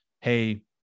Hey